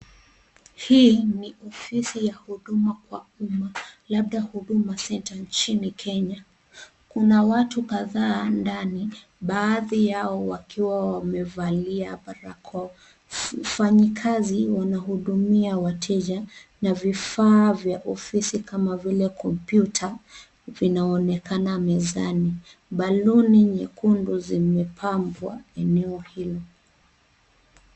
Hii ni ofisi ya huduma kwa umma, labda huduma sita nchini Kenya. Kuna watu kadhaa ndani , baadhi yao wakiwa wamevaa barakoa. Wafanyikazi wanawahudumia wateja ,na vifaa vya ofisi kama vile kompyuta, vinaonekana mezani . Baluni nyekundu zimepambwa kwenye eneo hilo.